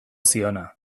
ziona